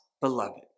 beloved